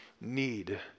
need